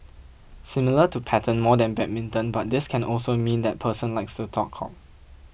similar to pattern more than badminton but this can also mean that person likes to talk cock